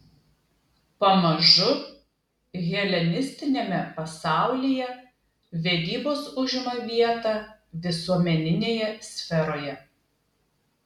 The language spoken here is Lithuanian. pamažu helenistiniame pasaulyje vedybos užima vietą visuomeninėje sferoje